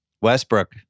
Westbrook